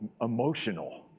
emotional